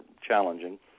challenging